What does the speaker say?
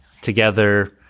together